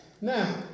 Now